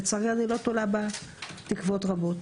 לצערי, אני לא תולה בה תקוות רבות.